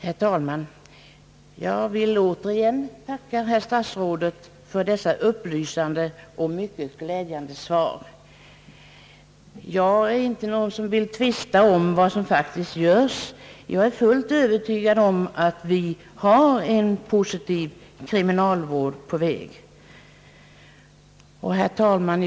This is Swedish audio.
Herr talman! Jag vill återigen tacka herr statsrådet för dessa upplysande och mycket glädjande svar, Jag vill inte tvista om vad som faktiskt göres. Jag är fullt övertygad om att vi har en positiv kriminalvård på väg. Herr talman!